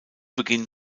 beginn